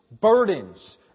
burdens